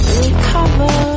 recover